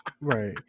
right